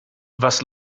was